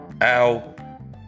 Al